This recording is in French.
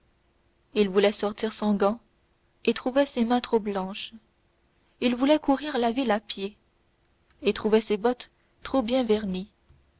il voulait sortir sans gants et trouvait ses mains trop blanches il voulait courir la ville à pied et trouvait ses bottes trop bien vernies